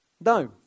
no